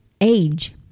age